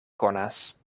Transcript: konas